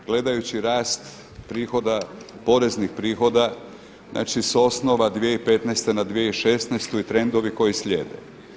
Gledajući rast prihoda, poreznih prihoda znači s osnova 2015. na 2016. i trendovi koji slijede.